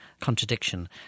contradiction